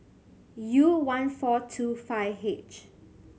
U one four two five H